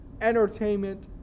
entertainment